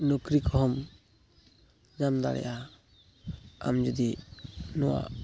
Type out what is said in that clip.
ᱱᱩᱠᱨᱤ ᱠᱚᱦᱚᱢ ᱧᱟᱢ ᱫᱟᱲᱮᱭᱟᱜᱼᱟ ᱟᱢ ᱡᱩᱫᱤ ᱱᱚᱣᱟ